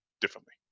differently